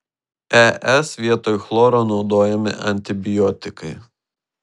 es vietoj chloro naudojami antibiotikai